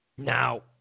Now